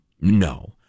No